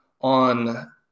on